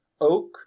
oak